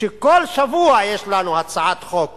שכל שבוע יש לנו הצעת חוק